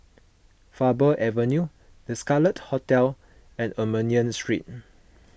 Faber Avenue the Scarlet Hotel and Armenian Street